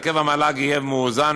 הרכב המל"ג יהיה מאוזן,